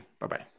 Bye-bye